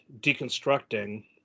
deconstructing